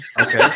Okay